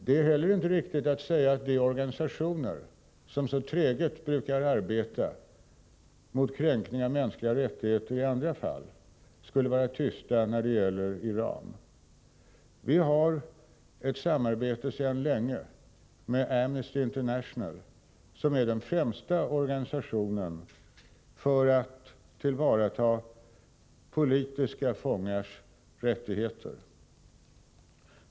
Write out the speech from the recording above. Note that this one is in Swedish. Det är inte heller riktigt att säga att de organisationer som i andra fall så träget brukar arbeta mot kränkning av mänskliga rättigheter skulle vara tysta när det gäller Iran. Vi har sedan länge ett samarbete med Amnesty International, som är den främsta organisationen för att tillvarata politiska fångars rättigheter.